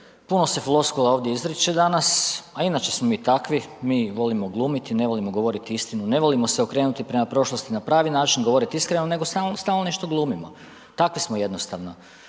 puno se floskula ovdje izriče danas, a inače smo mi takvi, mi volimo glumiti, ne volimo govoriti istinu, ne volimo se okrenuti prema prošlosti na pravi način, govoriti iskreno, nego samo stalno nešto glumimo, takvi smo jednostavno.